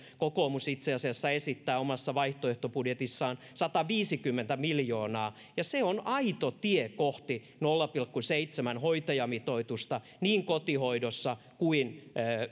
kokoomus itse asiassa esittää omassa vaihtoehtobudjetissaan sataviisikymmentä miljoonaa ja se on aito tie kohti nolla pilkku seitsemän hoitajamitoitusta niin kotihoidossa kuin